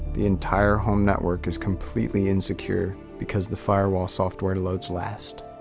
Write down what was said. the entire home network is completely insecure because the firewall software loads last.